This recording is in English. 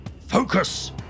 Focus